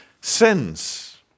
sins